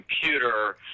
computer